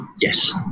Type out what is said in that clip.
Yes